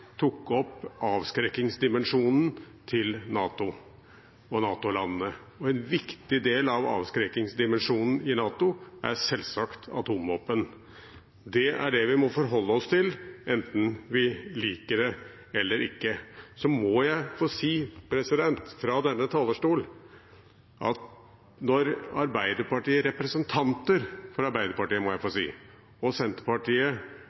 tok opp avskrekkingsdimensjonen til NATO og NATO-landene. En viktig del av avskrekkingsdimensjonen i NATO er selvsagt atomvåpen. Det er det vi må forholde oss til, enten vi liker det eller ikke. Så må jeg få si, fra denne talerstol, at når representanter fra Arbeiderpartiet og Senterpartiet er